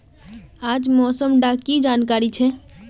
आज मौसम डा की जानकारी छै?